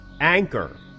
Anchor